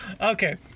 Okay